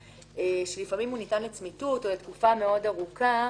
שלפעמים ניתן לצמיתות או לתקופה מאוד ארוכה.